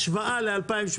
השוואה ל-2018,